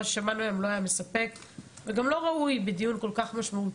מה ששמענו היום לא היה מספק וגם לא ראוי בדיון כל כך משמעותי,